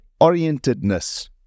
orientedness